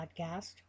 podcast